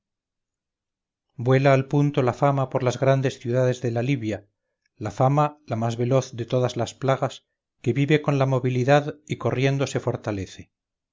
vuela al punto la fama por las grandes ciudades de la libia la fama la más veloz de todas las plagas que vive con la movilidad y corriendo se fortalece